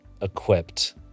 equipped